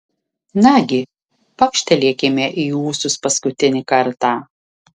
nagi pakštelėkime į ūsus paskutinį kartą